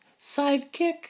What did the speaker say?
sidekick